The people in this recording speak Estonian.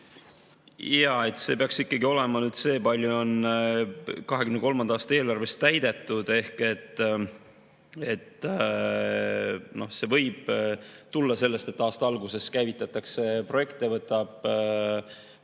Jaa. See peaks ikkagi olema see, kui palju on 2023. aasta eelarvest täidetud. Ehk see võib tulla sellest, et aasta alguses käivitatakse projekte,